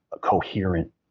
coherent